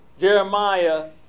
Jeremiah